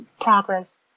progress